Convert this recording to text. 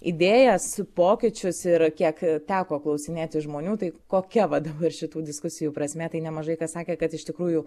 idėjas pokyčius ir kiek teko klausinėti žmonių tai kokia va dabar šitų diskusijų prasmė tai nemažai kas sakė kad iš tikrųjų